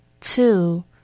Two